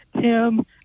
Tim